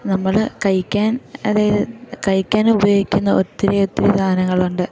നമ്മൾ കഴിക്കാൻ അതായത് കഴിക്കാൻ ഉപയോഗിക്കുന്ന ഒത്തിരി ഒത്തിരി സാധനങ്ങളുണ്ട്